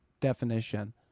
definition